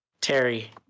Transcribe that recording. terry